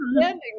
standing